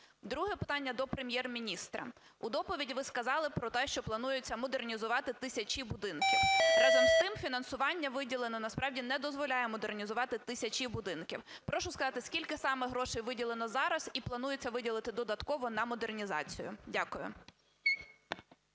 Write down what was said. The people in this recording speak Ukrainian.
Друге питання до Прем’єр-міністра. У доповіді ви сказали про те, що планується модернізувати тисячі будинків. Разом з тим фінансування виділене насправді не дозволяє модернізувати тисячі будинків. Прошу сказати, скільки саме грошей виділено зараз і планується виділити додатково на модернізацію. Дякую.